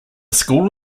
school